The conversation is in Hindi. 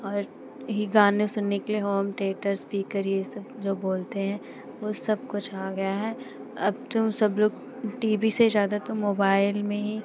और यही गाने सुनने के लिए होम थियेटर्स इस्पीकर ये सब जो बोलते हैं वह सब कुछ आ गया है अब जो सब लोग टी वी से ज़्यादा तो मोबाइल में ही